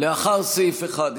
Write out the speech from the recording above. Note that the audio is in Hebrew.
אחרי סעיף 1,